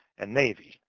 and navy.